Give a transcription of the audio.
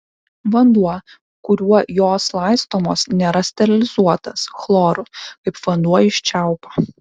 vanduo kuriuo jos laistomos nėra sterilizuotas chloru kaip vanduo iš čiaupo